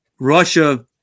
Russia